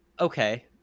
okay